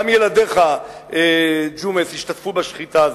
גם ילדיך, ג'ומס, השתתפו בשחיטה הזו.